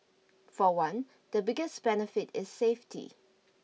for one the biggest benefit is safety